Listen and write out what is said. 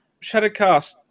Shadowcast